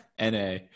NA